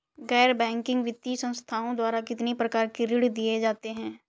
गैर बैंकिंग वित्तीय संस्थाओं द्वारा कितनी प्रकार के ऋण दिए जाते हैं?